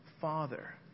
father